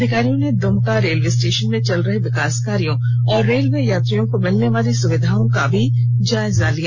अधिकारियों ने Dumka railway station में चल रहे विकास कार्यों और रेलवे यात्रियों को मिलने वाली सुविधाओं का भी जायजा लिया